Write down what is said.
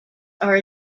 are